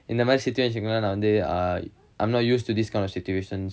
இந்த மாறி:intha mari situation குலாம் நா வந்து:kulam na vanth uh I'm not used to these kind of situations